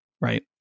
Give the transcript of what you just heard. right